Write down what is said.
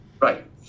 Right